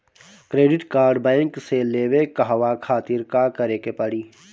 Credit card bank से लेवे कहवा खातिर का करे के पड़ी?